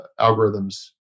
algorithms